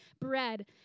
bread